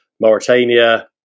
mauritania